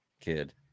kid